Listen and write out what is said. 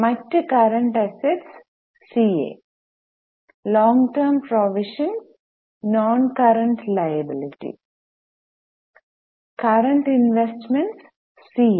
മറ്റു current assets C A long term provisions non current liability current investments C A